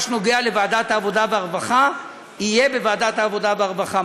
מה שקשור לוועדת העבודה והרווחה יהיה בוועדת העבודה והרווחה.